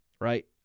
right